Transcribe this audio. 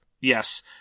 Yes